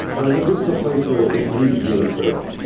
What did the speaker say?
but i think this is a place where it may be really critical.